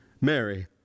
Mary